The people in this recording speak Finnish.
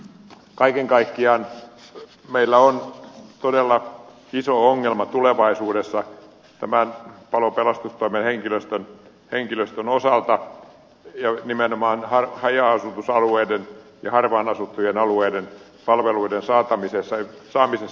kaiken kaikkiaan meillä on todella iso ongelma tulevaisuudessa tämän palo ja pelastustoimen henkilöstön osalta ja nimenomaan haja asutusalueiden ja harvaan asuttujen alueiden palveluiden saamisessa